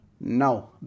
Now